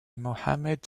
mohammad